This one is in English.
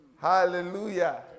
Hallelujah